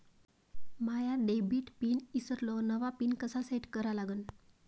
माया debit pin ईसरलो, नवा pin कसा सेट करा लागन?